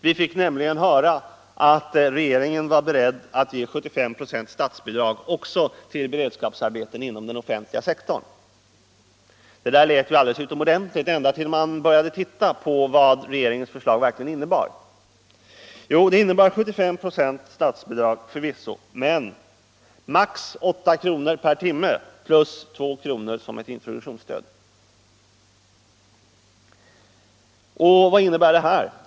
Vi fick nämligen höra att regeringen var beredd att ge 75 96 politiken Arbetsmarknadspolitiken i statsbidrag också till beredskapsarbeten inom den privata sektorn. Det lät ju alldeles utomordentligt, ända tills man började se på vad regeringens förslag verkligen innebar. Det innebar 75 96 i statsbidrag förvisso, men maximalt 8 kr. per timme plus 2 kr. som ett introduktionsstöd. Vad betyder detta?